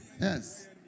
Yes